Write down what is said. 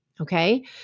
okay